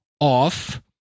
off